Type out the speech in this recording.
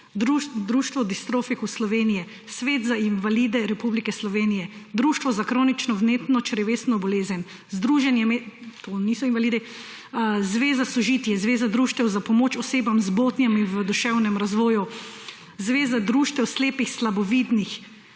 Društvo distrofikov Slovenije, Svet za invalide Republike Slovenije, Društvo za kronično vnetno črevesno bolezen, Zveza sožitje – zveza društev za pomoč osebam z motnjami v duševnem razvoju, Zveza društev slepih in slabovidnih,